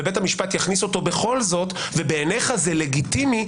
ובית המשפט יכניס אותו בכל זאת ובעיניך זה לגיטימי,